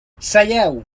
seieu